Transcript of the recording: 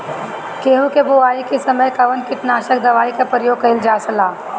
गेहूं के बोआई के समय कवन किटनाशक दवाई का प्रयोग कइल जा ला?